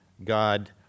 God